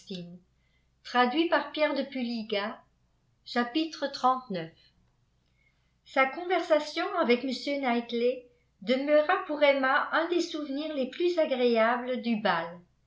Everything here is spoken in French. sa conversation avec m knightley demeura pour emma un des souvenirs les plus agréables du bal